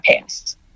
past